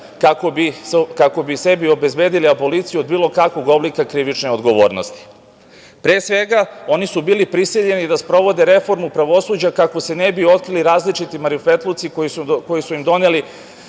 kako bi sebi obezbedili aboliciju od bilo kakvog oblika krivične odgovornosti. Pre svega, oni su bili prisiljeni da sprovode reformu pravosuđa kako se ne bi otkrili različiti marifetluci koji su im doneli